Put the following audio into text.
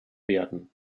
werden